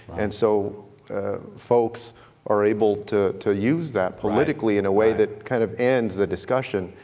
and so folks are able to to use that politically in a way that kind of ends the discussion.